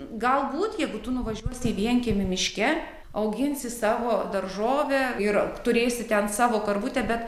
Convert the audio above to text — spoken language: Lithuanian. galbūt jeigu tu nuvažiuosi į vienkiemį miške auginsi savo daržovę ir turėsiu ten savo karvutę bet